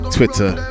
Twitter